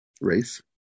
race